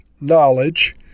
knowledge